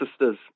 sisters